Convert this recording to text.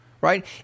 right